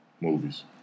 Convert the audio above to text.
Movies